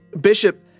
bishop